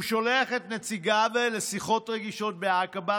הוא שולח את נציגיו לשיחות רגישות בעקבה,